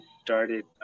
started